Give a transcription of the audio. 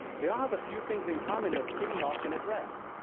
they all have a few things in common that city hall can address,